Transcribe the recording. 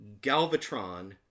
Galvatron